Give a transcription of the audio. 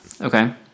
Okay